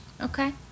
okay